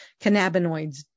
cannabinoids